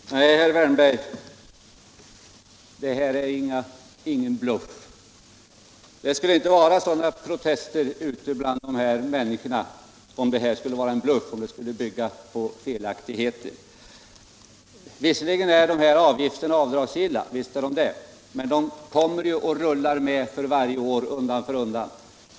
Herr talman! Nej, herr Wärnberg, det här är ingen bluff. Det skulle i så fall inte förekomma sådana protester som det gör bland dessa människor. Visst är dessa avgifter avdragsgilla, men de rullar med undan för undan varje år.